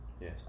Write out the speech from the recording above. Yes